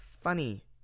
funny